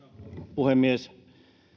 puhemies